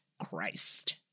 Christ